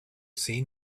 seen